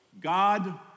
God